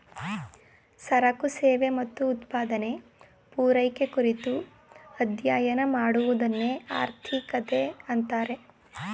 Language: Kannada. ಸರಕು ಸೇವೆ ಮತ್ತು ಉತ್ಪಾದನೆ, ಪೂರೈಕೆ ಕುರಿತು ಅಧ್ಯಯನ ಮಾಡುವದನ್ನೆ ಆರ್ಥಿಕತೆ ಅಂತಾರೆ